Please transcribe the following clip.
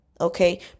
okay